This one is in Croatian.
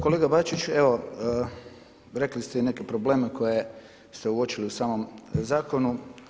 Kolega Bačić, evo rekli ste i neke probleme koje ste uočili u samom zakonu.